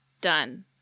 done